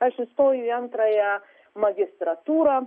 aš įstojau į antrąją magistratūrą